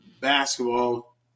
basketball